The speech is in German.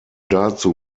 dazu